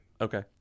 Okay